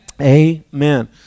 Amen